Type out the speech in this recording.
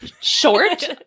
Short